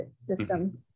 system